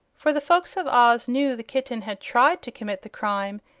for the folks of oz knew the kitten had tried to commit the crime,